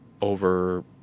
over